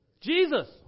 Jesus